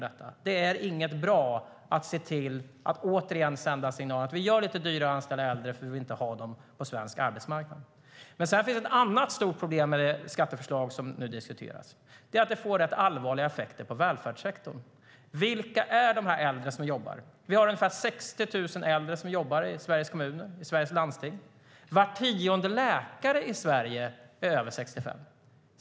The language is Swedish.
Det är inte bra att återigen sända signalen att vi gör det lite dyrare att anställa äldre därför att vi inte vill ha dem på svensk arbetsmarknad. Men det finns ett annat stort problem med det skatteförslag som nu diskuteras: Det får allvarliga effekter på välfärdssektorn. Vilka är de äldre som jobbar? Vi har ungefär 60 000 äldre som jobbar i Sveriges kommuner och landsting. Var tionde läkare i Sverige är över 65.